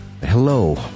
Hello